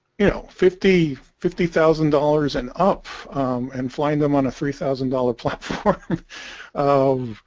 you know fifty fifty thousand dollars and up and flying them on a three-thousand-dollar platform of